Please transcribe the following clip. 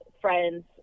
friends